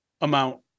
amount